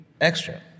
extra